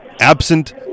Absent